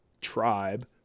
tribe